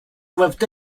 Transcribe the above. doivent